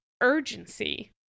urgency